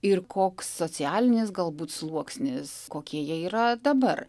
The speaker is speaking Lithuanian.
ir koks socialinis galbūt sluoksnis kokie jie yra dabar